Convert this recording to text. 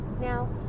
Now